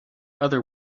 other